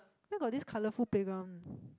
where got this colorful playground